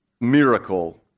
miracle